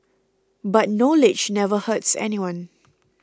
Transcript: but knowledge never hurts anyone